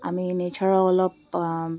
আমি নেচাৰৰ অলপ